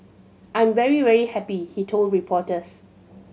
I'm very very happy he told reporters